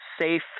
safe